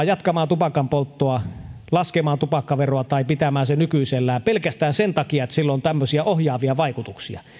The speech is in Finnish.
jatkamaan tupakanpolttoa laskea tupakkaveroa tai pitää se nykyisellään pelkästään senkin takia että sillä on tämmöisiä ohjaavia vaikutuksia